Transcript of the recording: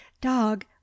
dog